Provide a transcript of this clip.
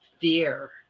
fear